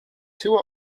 two